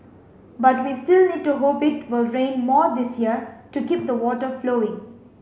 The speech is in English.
but we still need to hope it will rain more this year to keep the water flowing